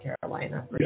Carolina